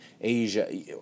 Asia